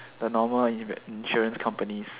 the normal like insurance companies